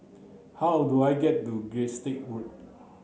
how do I get to Gilstead Road